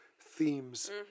themes